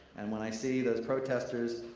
and when i see those protesters,